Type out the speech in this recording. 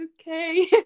okay